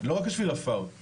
לא רק שביל העפר,